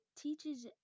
teaches